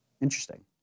Interesting